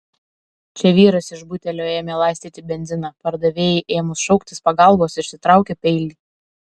čia vyras iš butelio ėmė laistyti benziną pardavėjai ėmus šauktis pagalbos išsitraukė peilį